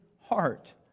heart